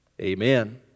amen